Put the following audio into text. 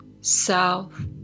south